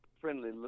friendly